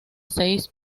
seis